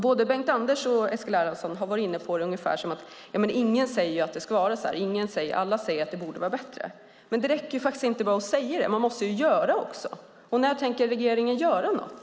Både Bengt-Anders Johansson och Eskil Erlandsson har varit inne på att ingen säger att det ska vara så här, och att alla säger att det borde vara bättre. Men det räcker inte med att bara säga så, man måste göra något. När tänker regeringen göra något?